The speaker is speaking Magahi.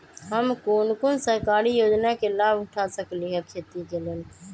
हम कोन कोन सरकारी योजना के लाभ उठा सकली ह खेती के लेल?